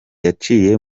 yaciye